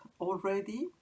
already